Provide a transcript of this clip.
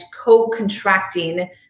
co-contracting